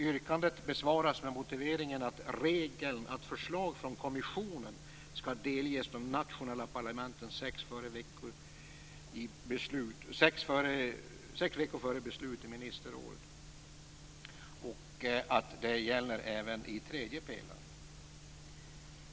Yrkandet besvaras med motiveringen att regeln att förslag från kommissionen skall delges de nationella parlamenten sex veckor före beslut i ministerrådet gäller även i tredje pelaren.